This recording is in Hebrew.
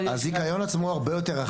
הזיכיון עצמו הרבה יותר רחב.